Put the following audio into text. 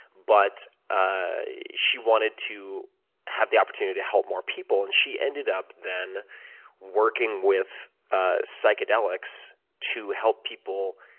but ah she wanted to have the opportunity to help more people. and she ended up then working with ah psychedelics to help people